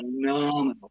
phenomenal